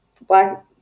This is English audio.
black